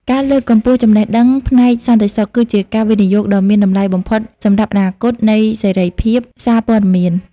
ការលើកកម្ពស់ចំណេះដឹងផ្នែកសន្តិសុខ គឺជាការវិនិយោគដ៏មានតម្លៃបំផុតសម្រាប់អនាគតនៃសេរីភាពសារព័ត៌មាន។